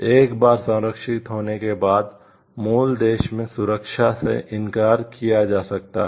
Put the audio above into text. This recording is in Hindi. एक बार संरक्षित होने के बाद मूल देश में सुरक्षा से इनकार किया जा सकता है